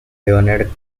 leonard